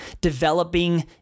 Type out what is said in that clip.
developing